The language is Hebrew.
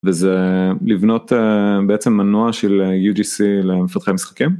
וזה לבנות בעצם מנוע של UGC למפתחי משחקים.